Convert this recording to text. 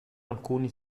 alcuni